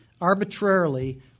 arbitrarily